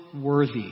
worthy